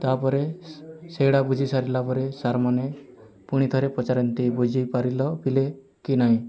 ତା'ପରେ ସେଇଟା ବୁଝିସାରିଲା ପରେ ସାର୍ମାନେ ପୁଣି ଥରେ ପଚାରନ୍ତି ବୁଝି ପାରିଲ ପିଲେ କି ନାଇଁ